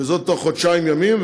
וזאת תוך חודשיים ימים.